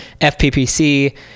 FPPC